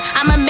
I'ma